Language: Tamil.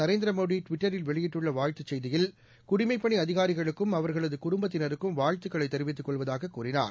நரேந்திரமோடிடுவிட்டரில் வெளியிட்டுள்ளவாழ்த்துச் செய்தியில் பிரதமர் திரு குடிமைப்பணிஅதிகாரிகளுக்கும் அவர்களதுகுடும்பத்தினருக்கும் வாழ்த்துக்களைதெரிவித்துக் கொள்வதாககூறினார்